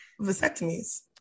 vasectomies